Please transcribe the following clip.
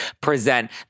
present